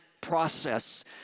process